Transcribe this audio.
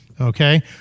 Okay